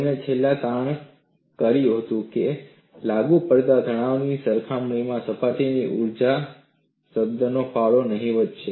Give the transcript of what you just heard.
તેમણે છેલ્લે તારણ કા્યું હતું કે લાગુ પડતા તણાવની સરખામણીમાં સપાટી ઊર્જા શબ્દનો ફાળો નહિવત્ છે